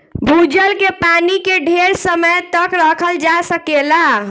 भूजल के पानी के ढेर समय तक रखल जा सकेला